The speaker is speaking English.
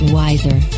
wiser